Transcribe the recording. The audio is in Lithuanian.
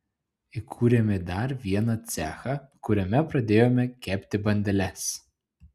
įkūrėme dar vieną cechą kuriame pradėjome kepti bandeles